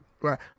right